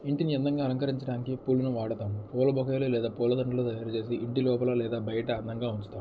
ఇంటిని అందంగా అలంకరించడానికి పూలను వాడతం పూల బొకేలు లేదా పూలదండలను తయారు చేసి ఇంటి లోపల లేదా బయట అందంగా ఉంచుతాం